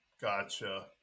Gotcha